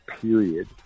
period